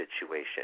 situation